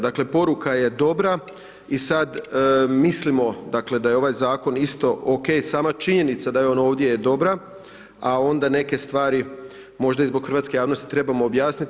Dakle poruka je dobra i sad mislimo dakle da je ovaj zakon isto OK i sama činjenica je on ovdje je dobra, a onda neke stvari možda i zbog hrvatske javnosti trebamo objasniti.